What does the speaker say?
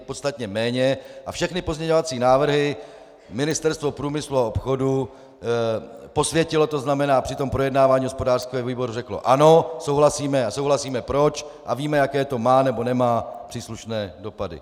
Je jich podstatně méně a všechny pozměňovací návrhy Ministerstvo průmyslu a obchodu posvětilo, to znamená, při tom projednávání hospodářského výboru řeklo ano, souhlasíme a souhlasíme proč a víme, jaké to má a nemá příslušné dopady.